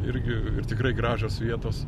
irgi ir tikrai gražios vietos